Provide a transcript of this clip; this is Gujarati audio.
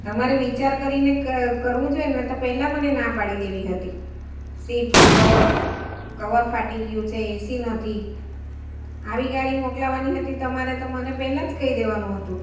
તમારે વિચાર કરીને ક ક કરવું જોઈએને તો પહેલાં મને ના પાડી દેવી હતી સીટનું કવ કવર ફાટી ગ્યું છે એસી નથી આવી ગાડી મોકલાવાની હતી તમારે તો મને પહેલાં જ કહી દેવાનું હતું